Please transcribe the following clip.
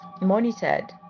monitored